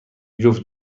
جفت